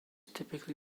typically